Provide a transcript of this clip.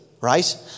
Right